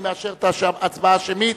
אני מאשר את ההצבעה השמית.